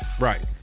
Right